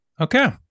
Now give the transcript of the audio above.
okay